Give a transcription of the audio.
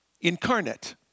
incarnate